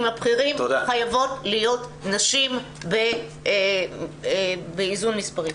הבכירים חייבות להיות נשים באיזון מספרי.